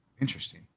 Interesting